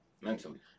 Mentally